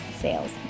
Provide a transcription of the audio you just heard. sales